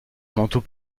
manteau